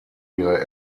ihre